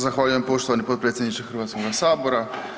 Zahvaljujem poštovani potpredsjedniče Hrvatskoga sabora.